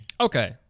okay